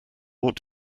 what